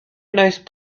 nice